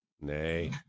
Nay